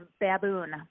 baboon